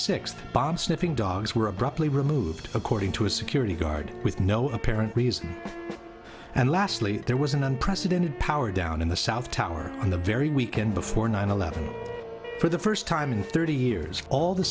sixth bomb sniffing dogs were abruptly removed according to a security guard with no apparent reason and lastly there was an unprecedented power down in the south tower on the very weekend before nine eleven for the first time in thirty years all the